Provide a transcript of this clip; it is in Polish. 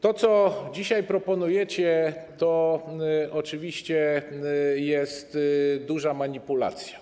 To, co dzisiaj proponujecie, to oczywiście jest duża manipulacja.